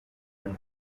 and